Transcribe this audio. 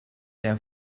der